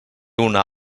una